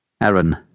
Aaron